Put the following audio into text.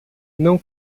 não